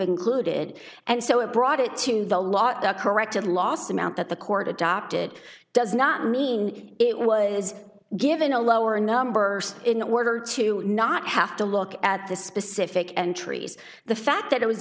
included and so it brought it to the lot the corrected last amount that the court adopted does not mean it was given a lower number in order to not have to look at the specific entries the fact that it was